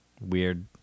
weird